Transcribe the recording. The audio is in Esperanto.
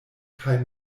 kaj